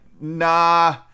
Nah